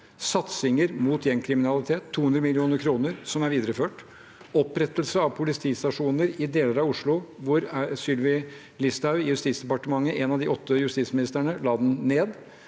satsinger mot gjengkriminalitet – 200 mill. kr, som er videreført – og opprettelse av politistasjoner i deler av Oslo, hvor Sylvi Listhaug i Justisdepartementet, en av de åtte justisministerne, la dem ned.